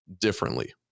differently